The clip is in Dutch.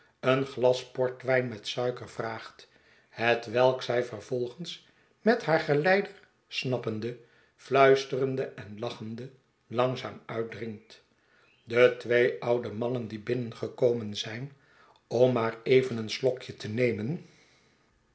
een glas portwijn met suiker vraagt hetwelk zij vervolgens met haar geleider snappende fluisterende en lachende langzaam uitdrinkt de twee oude mannen die binnengekomen zijn om maar even een slokje te nemen